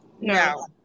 No